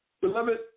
beloved